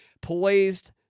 Poised